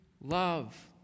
love